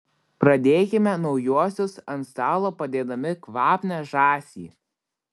pradėkime naujuosius ant stalo padėdami kvapnią žąsį